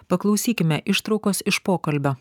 paklausykime ištraukos iš pokalbio